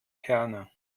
herne